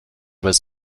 was